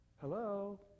hello